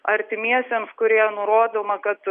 artimiesiems kurioje nurodoma kad